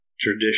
tradition